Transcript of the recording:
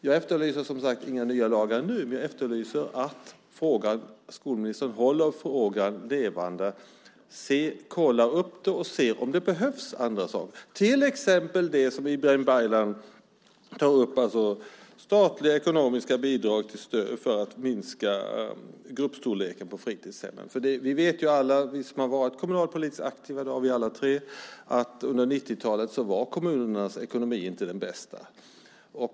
Jag efterlyser som sagt inga nya lagar nu, men jag efterlyser att skolministern håller frågan levande, kollar upp och ser om det behövs andra saker, till exempel det som Ibrahim Baylan tar upp, det vill säga statliga ekonomiska bidrag för att minska gruppstorleken på fritidshemmen. Vi har alla tre varit kommunalpolitiskt aktiva, och vi vet att under 90-talet var kommunernas ekonomi inte den bästa.